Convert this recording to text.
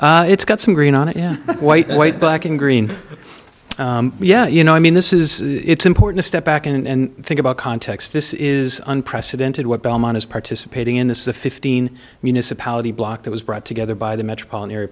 like it's got some green on it yeah white white black and green yeah you know i mean this is it's important to step back and think about context this is unprecedented what belmont is participating in this is a fifteen municipality block that was brought together by the metropolitan area